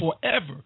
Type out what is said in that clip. forever